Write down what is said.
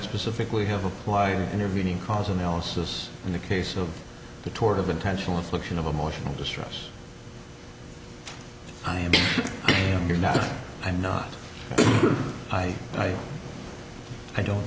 specifically have applied intervening cause analysis in the case of the tort of intentional infliction of emotional distress i am saying you're not i'm not i i i don't